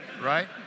right